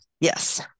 Yes